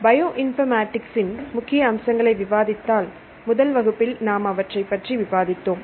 bio informatics இன் முக்கிய அம்சங்களை விவாதித்தால் முதல் வகுப்பில் நாம் அவற்றை பற்றி விவாதித்தோம்